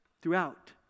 throughout